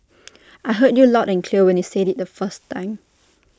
I heard you loud and clear when you said IT the first time